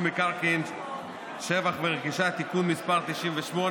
מקרקעין (שבח ורכישה) (תיקון מס' 98),